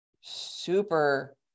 super